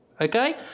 Okay